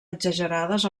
exagerades